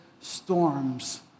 storms